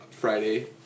Friday